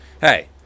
Hey